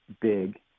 big